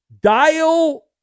dial